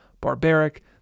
barbaric